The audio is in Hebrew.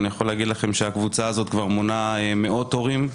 הקבוצה הזאת מונה מאות הורים.